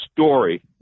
story